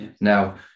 Now